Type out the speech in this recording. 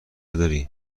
داری